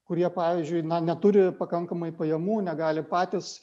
kurie pavyzdžiui neturi pakankamai pajamų negali patys